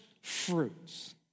Fruits